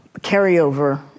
carryover